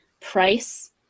price